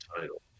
title